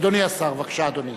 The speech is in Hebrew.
אדוני השר, בבקשה, אדוני.